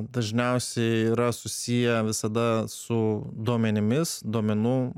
dažniausiai yra susiję visada su duomenimis duomenų